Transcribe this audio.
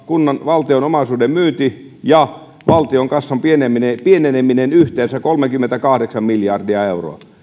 valtion omaisuuden myynti ja valtion kassan pieneneminen pieneneminen yhteensä kolmekymmentäkahdeksan miljardia euroa